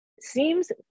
seems